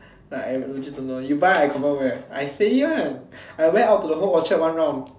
like I legit don't know you buy I confirm wear I steady one I wear out for the whole Orchard one round